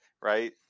Right